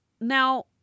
Now